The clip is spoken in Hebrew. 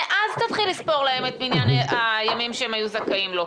מאז תתחיל לספור להם את מניין הימים שהם זכאים לו.